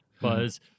buzz